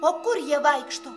o kur jie vaikšto